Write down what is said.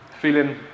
feeling